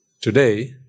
Today